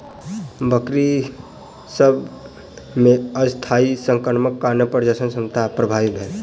बकरी सभ मे अस्थायी संक्रमणक कारणेँ प्रजनन क्षमता प्रभावित भेल